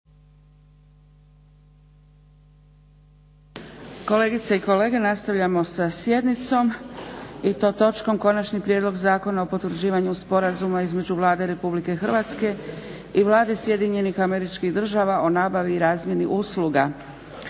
(SDP)** … /Početak nije snimljen./ … i to točkom: - Konačni prijedlog Zakona o potvrđivanju sporazuma između Vlade Republike Hrvatske i Vlade Sjedinjenih Američkih Država o nabavi i razmjeni usluga